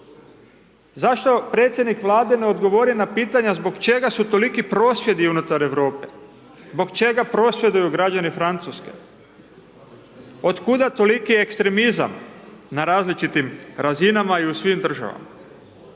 Zašto predsjednik Vlade ne odgovori na pitanja zbog čega su toliki prosvjedi unutar Europe, zbog čega prosvjeduju građani Francuske, od kuda toliki ekstremizam na različitim razinama i u svim državama.